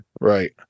right